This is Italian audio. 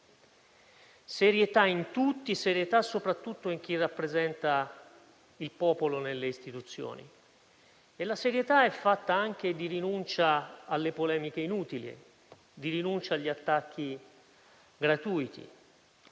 esige da tutti e soprattutto da chi rappresenta il popolo nelle istituzioni. E la serietà è fatta anche di rinuncia alle polemiche inutili e agli attacchi gratuiti.